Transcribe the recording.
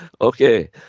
okay